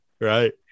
Right